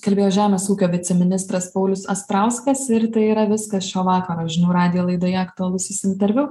kalbėjo žemės ūkio viceministras paulius astrauskas ir tai yra viskas šio vakaro žinių radijo laidoje aktualusis interviu